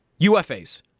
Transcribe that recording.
UFAs